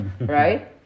right